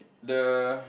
the